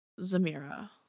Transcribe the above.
Zamira